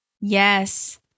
Yes